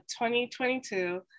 2022